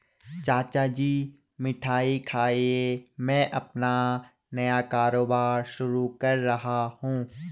चाचा जी मिठाई खाइए मैं अपना नया कारोबार शुरू कर रहा हूं